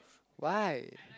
why